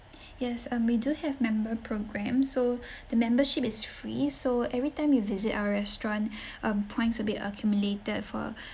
yes um we do have member programme so the membership is free so every time you visit our restaurant um points will be accumulated for